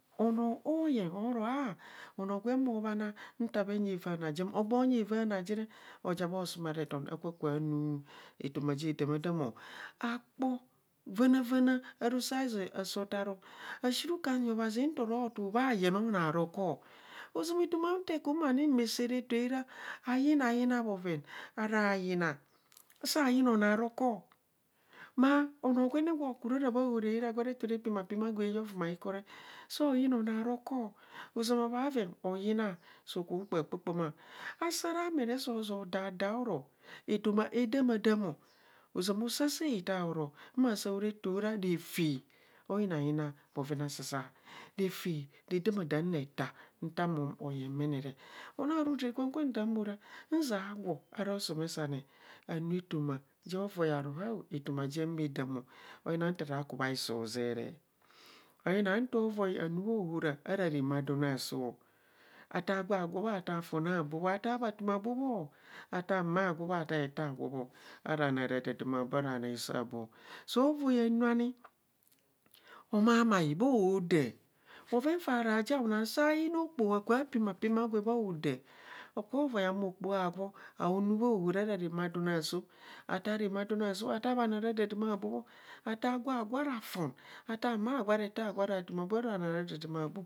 Onoo oye oro ah onoogwem obhana nta bhenyi avaana jem o. agbo anyi avaana je re. oja bho sumarethen aka kubho anu etoma je damaadamo akpo vạnạvạ aro rosa zoi asee otaro ashi ruko anyi obhazi nto ro tuu bha yen onoo arokor, ozama etoma nte kym ani ma saa ra eto ara ayina yina bhoven ara yina saa yina onọọ arọkor ma anoo gwen ne gwo kure ara bha ahora arare gwa reto re peema peema gwa yaa ovumaiko so yina anoo rukor. ozama bhareng hoyina, so kaa kpạạ kpạạ kpạạ mạạ, ase ara mee re sọ xọ das daa aro etoma adaa madam o. izama osaa sạạ itaa oro maa saa ora eto ora refe oyina yina bhoven asasa. refe redamadaamretaa nta mom oyemene re ona ru. hothete kwa taa ora nzia agwo ara osomesane anu etoma jovoi aro hao, etoma jem adamo oyina nta raku bhaido zeree. ayina nto voi anu bhaohora ara ramaadan aasoạ ataa gwa gwo bho ataa fon aboo bho, ataa bhatum abho bho, ataa mma gwo bho ataa ete agwo bho ara noo ara dadama bho ara bhanoo aisoi abho. So voi anu ani. amai mai bho daa bhoven fa ara jao ne sayina okpoho kubha peema peema gwe bha oda okubho, okubho, okubho avoi ahumu okpoho agwo anu bha ahora ava ramaadam aso ataa ramaadan aso. ataa bhanoo radadama abo bho. ataa gwa gwi abho ara fon ataa mma agwo ara ete agwa ora fon are bha noo ara dadaama